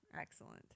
excellent